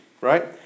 Right